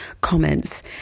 comments